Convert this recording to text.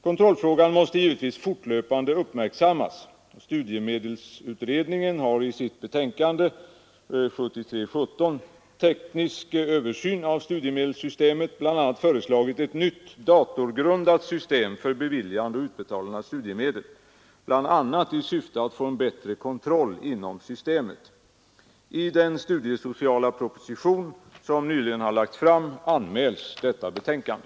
Kontrollfrågan måste givetvis fortlöpande uppmärksammas. Studiemedelsutredningen har i sitt betänkande Teknisk översyn av studiemedelssystemet bl.a. föreslagit ett nytt datorgrundat system för beviljande och utbetalande av studiemedel, bl.a. i syfte att få en bättre kontroll inom systemet. I den studiesociala proposition som nyligen lagts fram anmäls detta betänkande.